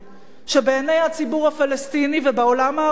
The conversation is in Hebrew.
היא שבעיני הציבור הפלסטיני ובעולם הערבי